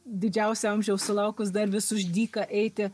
didžiausio amžiaus sulaukus dar vis už dyką eiti